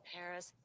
Paris